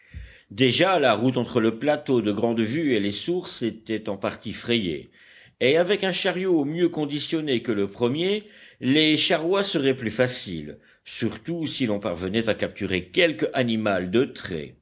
déjà la route entre le plateau de grande vue et les sources était en partie frayée et avec un chariot mieux conditionné que le premier les charrois seraient plus faciles surtout si l'on parvenait à capturer quelque animal de trait